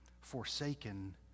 forsaken